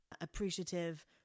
appreciative